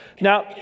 now